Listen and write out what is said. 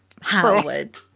Howard